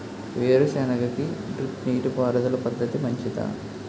వేరుసెనగ కి డ్రిప్ నీటిపారుదల పద్ధతి మంచిదా?